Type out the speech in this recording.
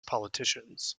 politicians